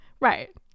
Right